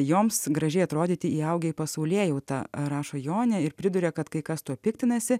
joms gražiai atrodyti įaugę į pasaulėjautą rašo jonė ir priduria kad kai kas tuo piktinasi